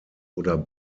oder